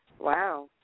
Wow